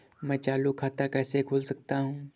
मैं चालू खाता कैसे खोल सकता हूँ?